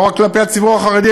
לא רק כלפי הציבור החרדי,